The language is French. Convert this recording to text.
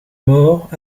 mort